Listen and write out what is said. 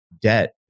debt